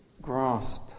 grasp